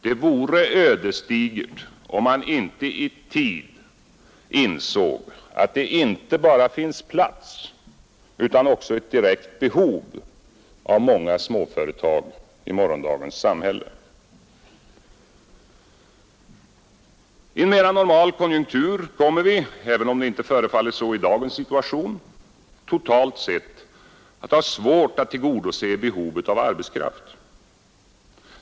Det vore ödesdigert om man inte i tid insåg att det inte bara finns plats för utan också ett direkt behov av många småföretag även i morgondagens samhälle. I en mera normal konjunktur kommer vi, även om det inte förefaller så i dagens situation, totalt sett att ha svårt att tillgodose behovet av arbetskraft.